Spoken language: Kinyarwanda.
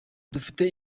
dufite